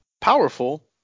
powerful